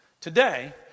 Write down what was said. Today